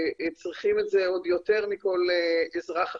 שצריכים את זה עוד יותר מכל אזרח אחר.